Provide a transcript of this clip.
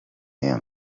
أيام